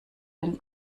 den